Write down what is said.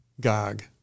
Gog